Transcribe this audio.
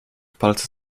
polsce